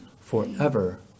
forever